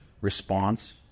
response